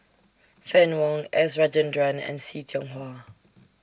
Fann Wong S Rajendran and See Tiong Wah